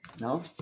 No